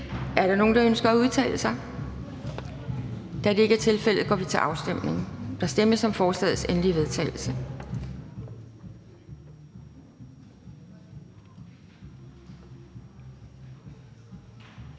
Er der nogen, der ønsker at udtale sig? Da det ikke er tilfældet, går vi til afstemning. Kl. 12:29 Afstemning Anden